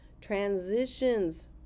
transitions